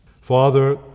Father